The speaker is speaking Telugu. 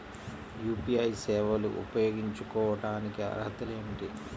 యూ.పీ.ఐ సేవలు ఉపయోగించుకోటానికి అర్హతలు ఏమిటీ?